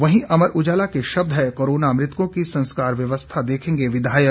वहीं अमर उजाला के शब्द हैं कोरोना मृतकों की संस्कार व्यवस्था देखेंगे विधायक